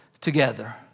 together